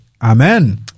Amen